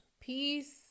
Peace